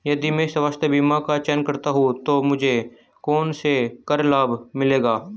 यदि मैं स्वास्थ्य बीमा का चयन करता हूँ तो मुझे कौन से कर लाभ मिलेंगे?